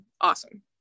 awesome